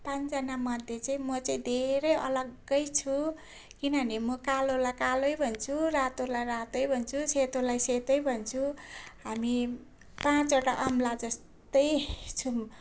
पाँचजना मध्ये चाहिँ म चाहिँ धेरै अलग्गै छु किनभने म कालोलाई कालै भन्छु रातोलाई रातै भन्छु सेतोलाई सेतै भन्छु हामी पाँचवटा औँला जस्तै छौँ